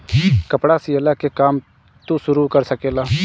कपड़ा सियला के काम तू शुरू कर सकेला